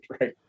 right